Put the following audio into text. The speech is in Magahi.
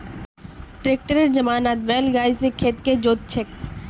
ट्रैक्टरेर जमानात बैल गाड़ी स खेत के जोत छेक